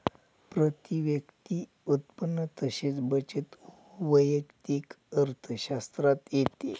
प्रती व्यक्ती उत्पन्न तसेच बचत वैयक्तिक अर्थशास्त्रात येते